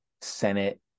Senate